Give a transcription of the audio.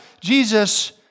Jesus